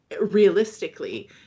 realistically